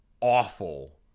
awful